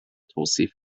توصیف